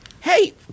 Hey